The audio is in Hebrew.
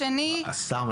הנושא השני --- אז סתם,